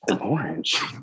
orange